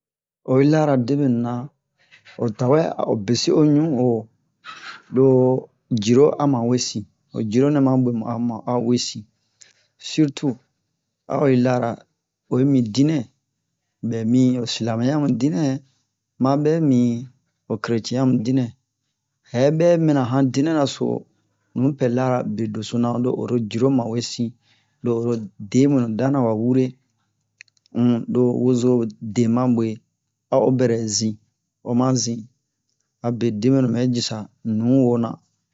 oyi lara deɓwenu na o tawɛ a o besi o ɲun'o lo jiro ama wesin ho ciro nɛ ma ɓwe ama a wesin sirtu a o yi lara oyi mi dinɛ ɓɛ mi ho silamɛyamu dinɛ ma ɓɛ mi ho kreciyɛn yamu dinɛ hɛ bɛ mina han han dinɛ-ra so nupɛ lara bedoso na lo oro jiro ma wesin lo oro debwenu danna wa wure um lo hozode ma bwe a o bɛrɛ zin oma zin abe debwenu ɓɛ jisa nuwoo na